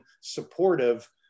supportive